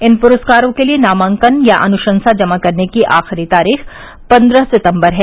इन पुरस्कारों के लिये नामांकन या अनुशंसा जमा कराने की आखिरी तारीख पन्द्रह सितंबर है